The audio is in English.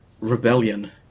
rebellion